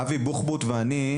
אני,